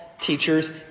teachers